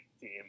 team